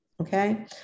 okay